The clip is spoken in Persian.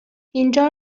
اینجا